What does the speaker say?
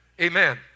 Amen